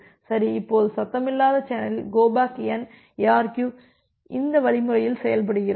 சரி இப்போது சத்தமில்லாத சேனலில் கோ பேக் என் எஆர்கியு இந்த வழிமுறையில் செயல்படுகிறது